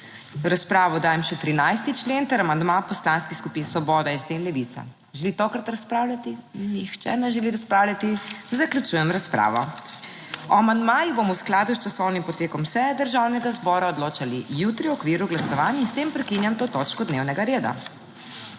razpravo dajem še 13. člen ter amandma Poslanskih skupin Svoboda, SD in Levica. Želi tokrat razpravljati? (Ne.) Nihče ne želi razpravljati. Zaključujem razpravo. O amandmajih bomo v skladu s časovnim potekom seje Državnega zbora odločali jutri v okviru glasovanj in s tem prekinjam to točko dnevnega reda.